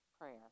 prayer